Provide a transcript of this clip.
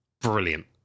Brilliant